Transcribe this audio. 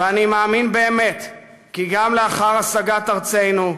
ואני מאמין באמת כי גם לאחר השגת ארצנו,